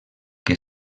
que